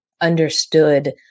understood